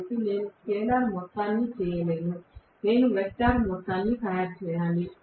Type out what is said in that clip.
కాబట్టి నేను స్కేలార్ మొత్తాన్ని చేయలేను నేను వెక్టర్ మొత్తాన్ని తయారు చేయాలి